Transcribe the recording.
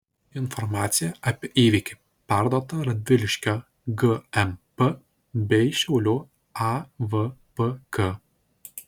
informacija apie įvykį perduota radviliškio gmp bei šiaulių avpk